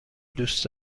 دوست